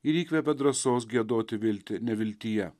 ir įkvepia drąsos giedoti viltį neviltyje